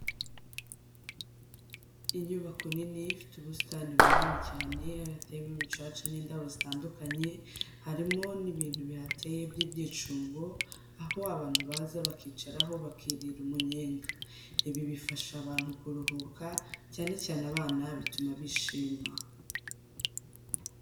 Inyubako nini ifite ubusitani bunini cyane, hateyemo umucaca n'indabo zitandukanye, harimo n'ibintu bihateye by'ibyicungo, aho abantu baza bakicaraho bakirira umunyenga. Ibi bifasha abantu kuruhuka cyane cyane abana bituma bishima.